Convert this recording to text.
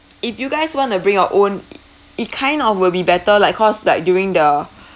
if you guys want to bring your own it it kind of will be better lah because like during the